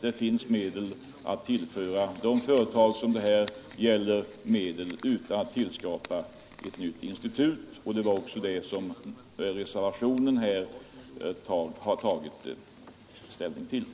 Det finns medel att tillföra de företag det här gäller utan att tillskapa ett nytt institut. Det var också detta reservationen här har velat redovisa.